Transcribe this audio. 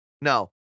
No